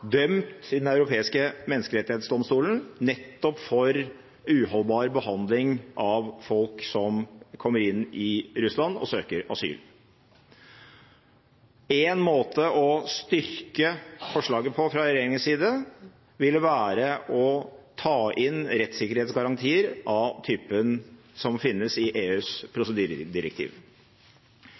dømt i Den europeiske menneskerettighetsdomstolen nettopp for uholdbar behandling av folk som kommer inn i Russland og søker asyl. En måte å styrke forslaget på fra regjeringens side vil være å ta inn rettssikkerhetsgarantier av typen som finnes i EUs